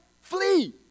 Flee